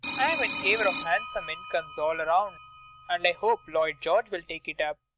i'm in favour of handsome incomes all round and i hope lloyd george will take it up.